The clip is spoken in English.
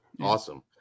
Awesome